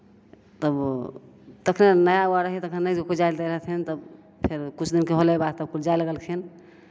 तब तखन नया उआ रहियै तऽ तखन नहि कोइ जाइ लए दैत रहथिन तब फेर किछु दिनके होलै बात तऽ कुल जाय लगलखिन